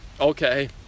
okay